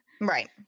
right